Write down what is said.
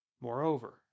Moreover